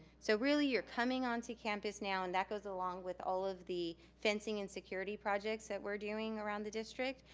so really you're coming onto campus now and that goes along with all of the fencing and security projects that we're doing around the district,